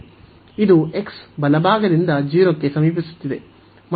ಇದು x ಬಲಭಾಗದಿಂದ 0 ಕ್ಕೆ ಸಮೀಪಿಸುತ್ತಿದೆ